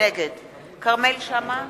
נגד כרמל שאמה,